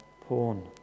porn